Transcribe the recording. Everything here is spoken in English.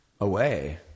away